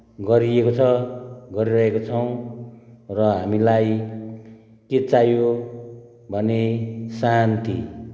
गरिएको छ गरिरहेका छौँ र हामीलाई के चाहियो भने शान्ति